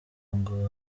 ngo